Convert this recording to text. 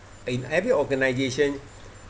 in every organisation